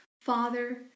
Father